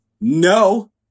No